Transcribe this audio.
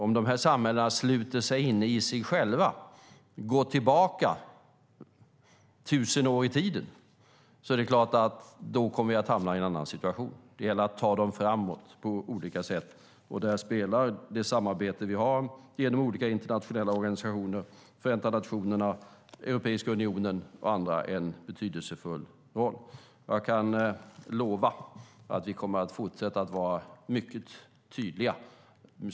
Om dessa samhällen sluter sig inom sig själva och går tillbaka tusen år i tiden är det klart att vi då hamnar i en annan situation. Det gäller att på olika sätt ta dessa samhällen framåt. Där spelar det samarbete som vi har genom olika internationella organisationer - Förenta nationerna, Europeiska unionen och andra - en betydelsefull roll. Jag kan lova att vi kommer att fortsätta att vara mycket tydliga.